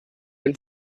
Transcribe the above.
will